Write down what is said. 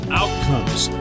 outcomes